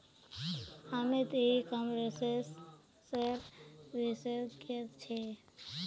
अमित ई कॉमर्सेर विशेषज्ञ छे